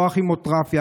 לא הכימותרפיה,